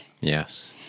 yes